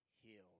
healed